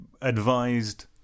advised